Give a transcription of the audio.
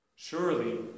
Surely